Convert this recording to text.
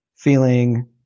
feeling